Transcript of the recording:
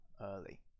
early